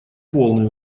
полный